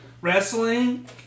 Wrestling